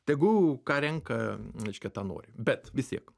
tegu ką renka reiškia tą nori bet vis tiek